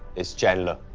it's chandler.